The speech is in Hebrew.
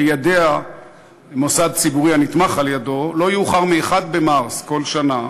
יידע מוסד ציבורי הנתמך על-ידו לא יאוחר מ-1 במרס כל שנה